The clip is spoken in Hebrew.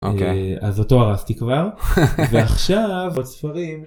אז אותו הרסתי כבר, ועכשיו הספרים.